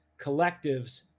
collectives